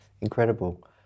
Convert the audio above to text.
incredible